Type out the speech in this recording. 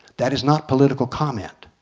that is not political comment